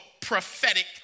prophetic